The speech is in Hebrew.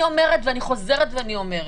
אני אומרת ואני חוזרת ואומרת.